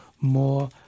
more